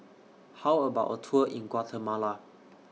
How about A Tour in Guatemala